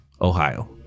Ohio